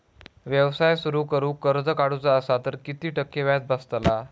व्यवसाय सुरु करूक कर्ज काढूचा असा तर किती टक्के व्याज बसतला?